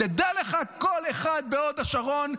תדע לך, כל אחד בהוד השרון,